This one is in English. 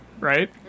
right